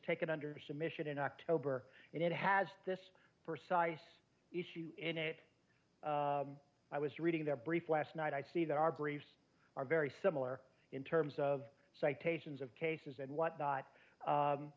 taken under submission in october and it has this for size issue in it i was reading their brief last night i see that our briefs are very similar in terms of citations of cases and what not